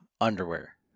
underwear